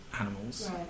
animals